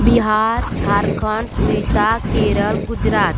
Bihar Jharkhand Orissa Kerala Gujarat